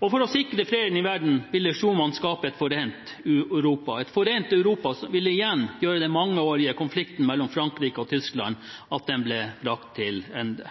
For å sikre fred i verden ville Schuman skape et forent Europa, et forent Europa som igjen ville gjøre at den mangeårige konflikten mellom Frankrike og Tyskland ble brakt til ende.